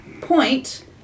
point